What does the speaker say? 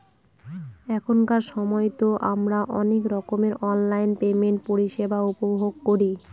এখনকার সময়তো আমারা অনেক রকমের অনলাইন পেমেন্টের পরিষেবা উপভোগ করি